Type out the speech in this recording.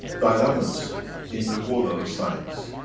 dilemmas in the world of science.